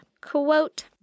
quote